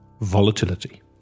Volatility